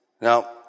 Now